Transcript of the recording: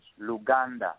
Luganda